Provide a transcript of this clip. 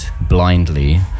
blindly